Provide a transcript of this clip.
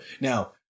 Now